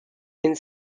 and